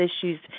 issues